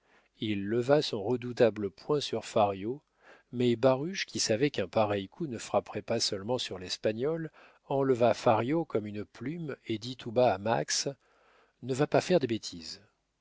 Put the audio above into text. il leva son redoutable poing sur fario mais baruch qui savait qu'un pareil coup ne frapperait pas seulement sur l'espagnol enleva fario comme une plume et dit tout bas à max ne va pas faire des bêtises